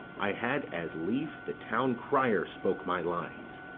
i had as lief the town crier spoke my lines.